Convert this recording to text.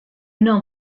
n’en